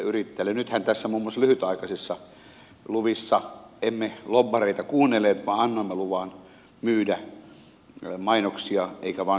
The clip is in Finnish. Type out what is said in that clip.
nythän muun muassa näissä lyhytaikaisissa luvissa emme lobbareita kuunnelleet vaan annoimme luvan myydä mainoksia eikä vain sponsorointia